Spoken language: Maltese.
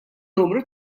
numru